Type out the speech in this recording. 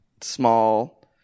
small